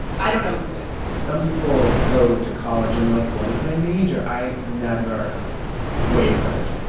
i don't know who is some people go to college, and they're like, what is my major? i never wavered.